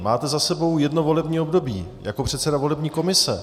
Máte za sebou jedno volební období jako předseda volební komise.